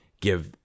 give